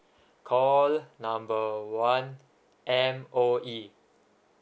call number one M_O_E